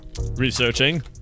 Researching